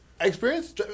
experience